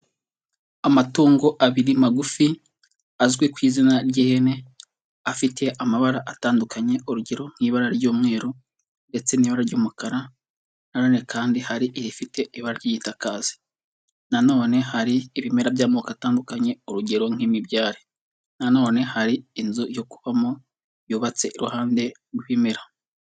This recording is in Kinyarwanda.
Amatungo abiri magufi azwi ku izina ry'ihene, afite amabara atandukanye, urugero nk'ibara ry'umweru ndetse n'ibara ry'umukara, na none kandi hari irifite ibara ry'igitakazi. Na none hari ibimera by'amoko atandukanye, urugero nk'imibyari, na none hari inzu yo kubamo yubatse iruhande rw'ibimera.